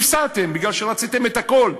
הפסדתם, מפני שרציתם את הכול.